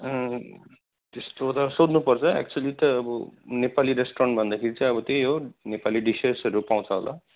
त्यस्तो त सोध्नुपर्छ एक्चुवली त अब नेपाली रेस्टुरेन्ट भन्दाखेरि चाहिँ अब त्यही हो नेपाली डिसेसहरू पाउँछ होला